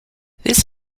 this